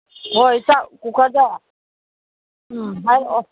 ꯍꯣꯏ ꯆꯥꯛ ꯀꯨꯀꯔꯗꯣ ꯎꯝ ꯍꯥꯏꯔꯛꯑꯣ